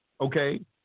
okay